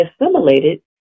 assimilated